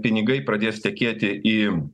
pinigai pradės tekėti į